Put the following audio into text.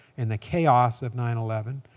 in the chaos of nine eleven.